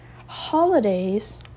holidays